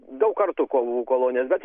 daug kartų kovų kolonijos bet